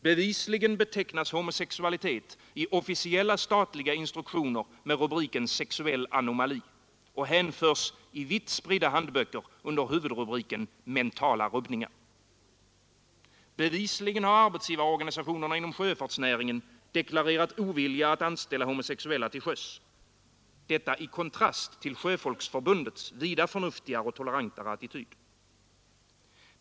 Bevisligen betecknas homosexualitet i officiella statliga instruktioner med rubriken ”sexuell anomali” och beskrivs i vitt spridda handböcker under huvudrubriken ”mentala rubbningar”. Bevisligen har arbetsgivarorganisationerna inom sjöfartsnäringen deklarerat ovilja att anställa homosexuella till sjöss — detta i kontrast till Sjöfolksförbundets vida förnuftigare och toleranta attityd.